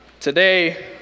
Today